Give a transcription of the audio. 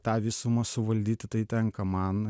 tą visumą suvaldyti tai tenka man